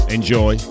Enjoy